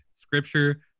scripture